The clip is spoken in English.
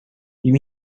you